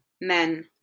men